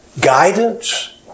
guidance